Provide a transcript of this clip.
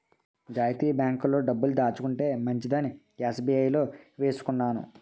జాతీయ బాంకుల్లో డబ్బులు దాచుకుంటే మంచిదని ఎస్.బి.ఐ లో వేసుకున్నాను